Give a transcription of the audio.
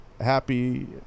Happy